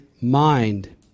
mind